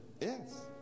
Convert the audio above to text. Yes